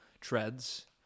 treads